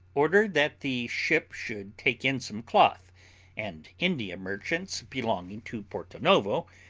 ordered that the ship should take in some cloth and india merchants belonging to porto novo,